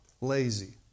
lazy